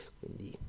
quindi